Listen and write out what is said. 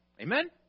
Amen